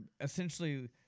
essentially